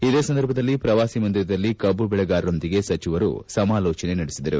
ಇದೇ ಸಂದರ್ಭದಲ್ಲಿ ಪ್ರವಾಸ ಮಂದಿರದಲ್ಲಿ ಕಬ್ಬು ಬೆಳೆಗಾರರೊಂದಿಗೆ ಸಚಿವರು ಸಮಾಲೋಚನೆ ನಡೆಸಿದರು